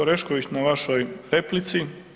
Orešković na vašoj replici.